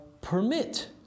permit